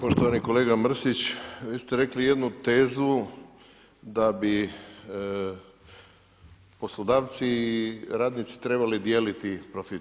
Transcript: Poštovani kolega Mrsić, vi ste rekli jednu težu da bi poslodavci i radnici trebali dijeliti profit.